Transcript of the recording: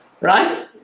Right